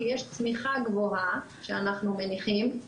כי יש צמיחה גבוהה שאנחנו מניחים,